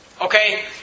Okay